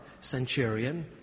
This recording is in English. centurion